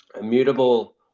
immutable